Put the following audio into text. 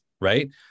right